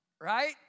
Right